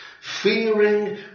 fearing